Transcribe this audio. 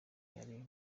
ruri